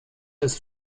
des